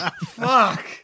fuck